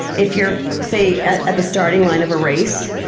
if you're say, at at the starting line of a race,